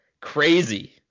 crazy